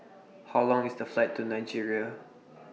How Long IS The Flight to Nigeria